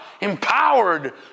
empowered